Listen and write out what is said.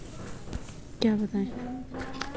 एक दलहन फसल का नाम बताइये